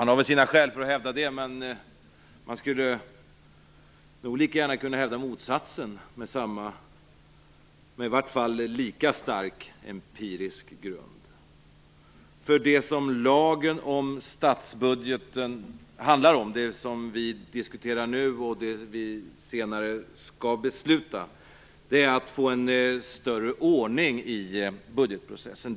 Han har väl sina skäl för att hävda det, men man skulle nog lika gärna kunna hävda motsatsen med i varje fall lika stark empirisk grund. Det lagen om statsbudgeten handlar om, det vi diskuterar nu och det vi senare skall besluta om är att få en större ordning i budgetprocessen.